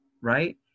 right